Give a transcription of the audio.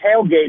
tailgate